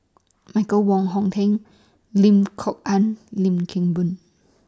Michael Wong Hong Teng Lim Kok Ann Lim Kim Boon